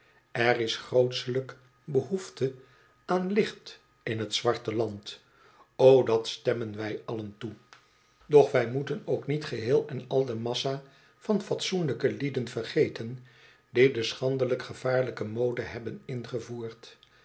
er is grootelijks behoefte aan licht in t zwarte land o dat stemmen wij allen toe doch wij een beizigek die geen handel drijft moeten ook niet geheel en al de massa van fatsoenlijke lieden vergeten die de schandelijk gevaarlijke mode hebben ingevoerd